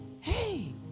Hey